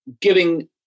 giving